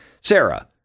sarah